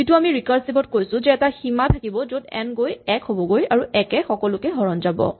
যিটো আমি ৰিকাৰছিভ ত কৈছো যে এটা সীমা থাকিব য'ত এন গৈ ১ হ'বগৈ আৰু ১ এ সকলোকে হৰণ যাব